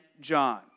John